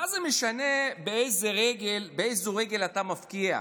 מה זה משנה באיזו רגל אתה מבקיע,